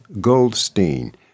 Goldstein